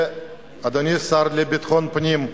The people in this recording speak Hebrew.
אדוני השר לביטחון פנים,